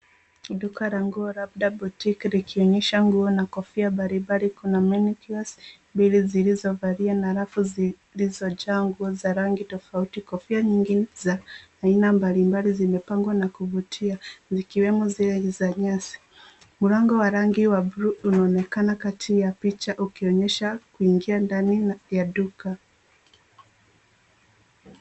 Duka la nguo labda boutique likionyesha nguo na kofia mbalimbali. kuna mannequins mbili zilizovalia na halafu zilizojaa nguo za rangi tofauti. Kofia nyingi za aina mbalimbali zimepangwa na kuvutia zikiwemo zile za nyasi. Mlango wa rangi ya buluu unaonekana kati ya picha ukionyesha kuingia ndani ya duka.